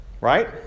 Right